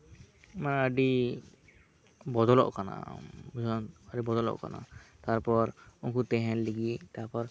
ᱢᱟᱱᱮ ᱟᱹᱰᱤ ᱵᱚᱫᱚᱞᱚᱜ ᱠᱟᱱᱟ ᱟᱹᱰᱤ ᱵᱚᱫᱚᱞᱚᱜ ᱠᱟᱱᱟ ᱛᱟᱨᱯᱚᱨ ᱩᱱᱠᱩ ᱛᱮᱦᱮᱱ ᱞᱟᱹᱜᱤᱫ ᱛᱟᱨᱯᱚᱨ